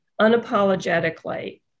unapologetically